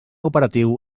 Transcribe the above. operatiu